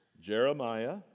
Jeremiah